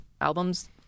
albums